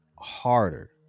harder